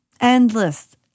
endless